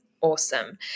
awesome